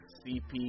cp